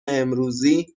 امروزی